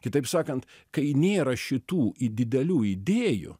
kitaip sakant kai nėra šitų į didelių idėjų